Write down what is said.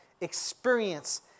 experience